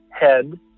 head